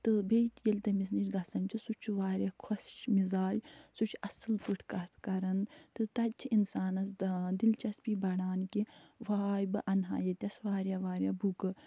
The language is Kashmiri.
تہٕ بیٚیہِ ییٚلہِ تٔمِس نِش گَژھَن چھِ سُہ چھُ وارِیاہ خوش مِزاج سُہ چھُ اَصٕل پٲٹھۍ کَتھ کَران تہٕ تَتہِ چھِ اِنسانَس دلچسپی بَڑان کہِ واے بہٕ اَنہٕ ہا ییٚتٮ۪تھ وارِیاہ وارِیاہ بُکہٕ